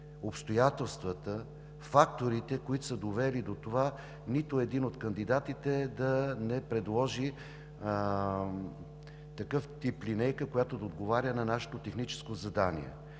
обстоятелствата, факторите, които са довели до това нито един от кандидатите да не предложи такъв тип линейка, която да отговоря на нашето техническо задание.